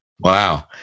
Wow